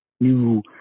new